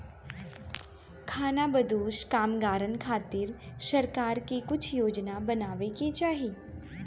खानाबदोश कामगारन खातिर सरकार के कुछ योजना बनावे के चाही